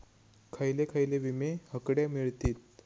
खयले खयले विमे हकडे मिळतीत?